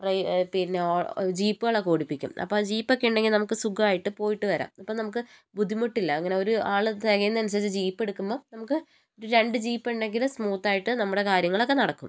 റെയി പിന്നെ ജീപ്പുകളൊക്കെ ഓടിപ്പിക്കും അപ്പോൾ ആ ജീപ്പൊക്കെ ഉണ്ടെങ്കിൽ നമുക്ക് സുഖമായിട്ട് പോയിട്ട് വരാം അപ്പം നമുക്ക് ബുദ്ധിമുട്ടില്ല ഇങ്ങനെ ഒരു ആൾ തികയുന്നത് അനുസരിച്ച് ജീപ്പെടുക്കുമ്പോൾ നമുക്ക് രണ്ട് ജീപ്പ് ഉണ്ടെങ്കിൽ സ്മൂത്ത് ആയിട്ട് നമ്മുടെ കാര്യങ്ങളൊക്കെ നടക്കും